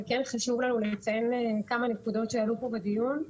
אבל כן חשוב לנו לציין כמה נקודות שעלו פה בדיון.